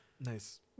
Nice